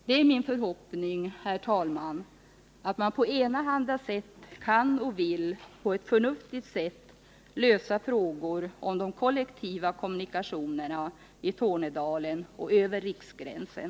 Det är min förhoppning, herr talman, att man på enahanda sätt kan och vill förnuftigt lösa frågor om de kollektiva kommunikationerna i Tornedalen och över riksgränsen.